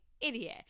idiot